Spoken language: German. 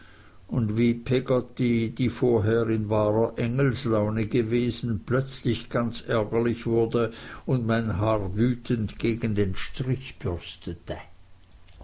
und wie peggotty die vorher in wahrer engelslaune gewesen plötzlich ganz ärgerlich wurde und mein haar wütend gegen den strich bürstete